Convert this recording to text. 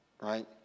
right